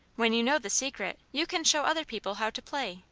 when you know the secret you can show other people how to play,